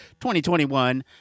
2021